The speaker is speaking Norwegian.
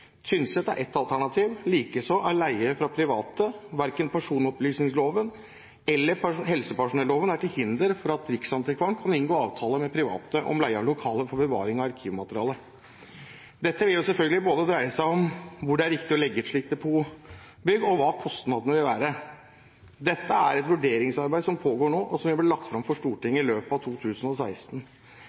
Tynset er ett alternativ, likeså er leie fra private. Verken personopplysningsloven eller helsepersonelloven er til hinder for at Riksarkivaren kan inngå avtale med private om leie av lokaler for bevaring av arkivmateriale. Dette vil jo selvfølgelig både dreie seg om hvor det er riktig å legge et slikt depotbygg, og hva kostnadene vil være. Dette er et vurderingsarbeid som pågår nå, og som vil bli lagt fram for Stortinget i løpet av 2016.